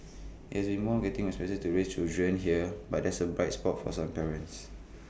IT has been more getting expensive to raise children here but there's A bright spot for some parents